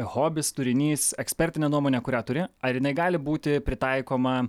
hobis turinys ekspertinė nuomonė kurią turi ar jinai gali būti pritaikoma